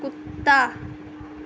ਕੁੱਤਾ